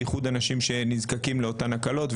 ביחוד אנשים שנזקקים לאותן הקלות.